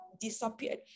disappeared